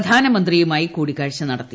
പ്രധാനമന്ത്രിയുമായി കൂടിക്കാഴ്ച നടത്തി